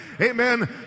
Amen